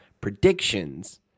predictions